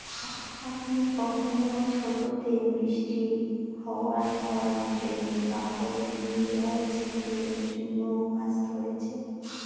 আপনি কখনও ছোটোতে বৃষ্টি হাওয়ার পর ড্রেনে কাপড় দিয়ে জল ছেঁকে চুনো মাছ ধরেছেন?